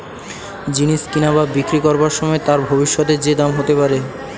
জিনিস কিনা বা বিক্রি করবার সময় তার ভবিষ্যতে যে দাম হতে পারে